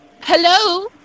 Hello